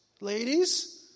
ladies